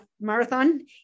marathon